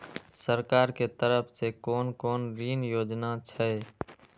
सरकार के तरफ से कोन कोन ऋण योजना छै?